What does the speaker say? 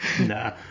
Nah